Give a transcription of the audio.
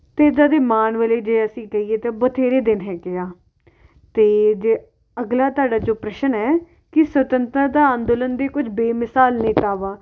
ਅਤੇ ਇੱਦਾਂ ਦੇ ਮਾਣ ਵਾਲੇ ਜੇ ਅਸੀਂ ਕਹੀਏ ਤਾਂ ਬਥੇਰੇ ਦਿਨ ਹੈਗੇ ਆ ਅਤੇ ਜੇ ਅਗਲਾ ਤੁਹਾਡਾ ਜੋ ਪ੍ਰਸ਼ਨ ਹੈ ਕਿ ਸੁਤੰਤਰਤਾ ਅੰਦੋਲਨ ਦੇ ਕੁਝ ਬੇਮਿਸਾਲ ਨੇਤਾਵਾਂ